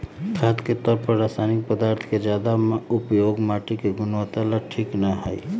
खाद के तौर पर रासायनिक पदार्थों के ज्यादा उपयोग मटिया के गुणवत्ता ला ठीक ना हई